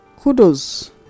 kudos